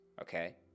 Okay